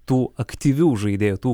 tų aktyvių žaidėjų tų